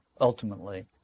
ultimately